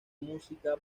música